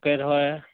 পোকে ধৰে